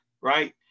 right